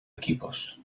equipos